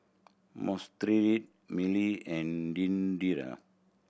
Miley and